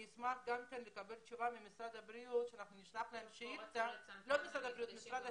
אני אשמח לקבל תשובה ממשרד החינוך נשלח להם שאילתה לגבי ההנחיות